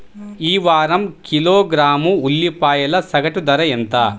ఈ వారం కిలోగ్రాము ఉల్లిపాయల సగటు ధర ఎంత?